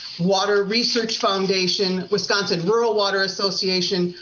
water research foundation, wisconsin, rural water association,